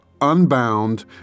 unbound